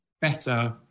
better